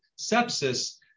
sepsis